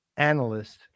analyst